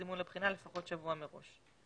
זימון לבחינה לפחות שבוע מראש.